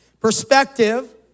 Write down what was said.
Perspective